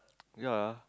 yea